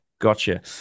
gotcha